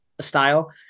style